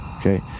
okay